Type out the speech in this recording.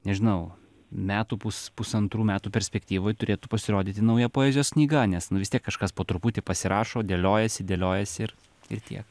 nežinau metų pus pusantrų metų perspektyvoj turėtų pasirodyti nauja poezijos knyga nes nu vis tiek kažkas po truputį pasirašo dėliojasi dėliojasi ir ir tiek